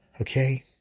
Okay